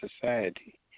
society